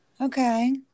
Okay